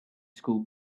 school